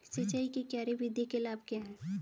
सिंचाई की क्यारी विधि के लाभ क्या हैं?